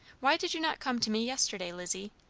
why did you not come to me yesterday, lizzie?